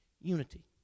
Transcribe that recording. unity